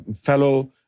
fellow